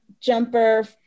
jumper